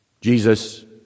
Jesus